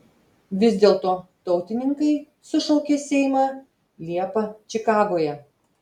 vis dėlto tautininkai sušaukė seimą liepą čikagoje